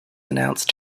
announced